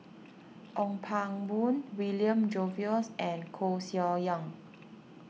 Ong Pang Boon William Jervois and Koeh Sia Yong